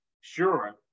sure